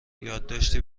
یادداشتی